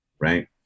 right